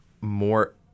more